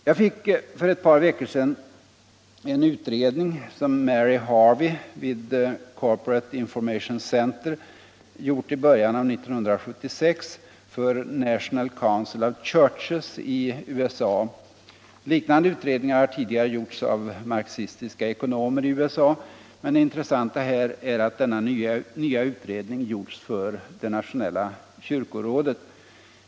Jag fick för ett par veckor sedan en utredning som Mary Harvey vid Corporate Information Center hade gjort i början av 1976 för National Council of Churches i USA. Liknande utredningar har tidigare gjorts av marxistiska ekonomer i USA, men det intressanta här är att denna nya utredning har gjorts för det nationella kyrkorådet.